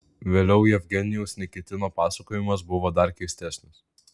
vėliau jevgenijaus nikitino pasakojimas buvo dar keistesnis